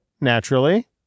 naturally